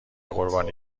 قربانی